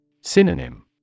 Synonym